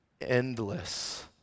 endless